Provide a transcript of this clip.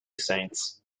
saints